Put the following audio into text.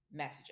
messaging